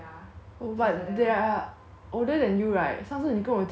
but they are older than you right 上次你跟我讲过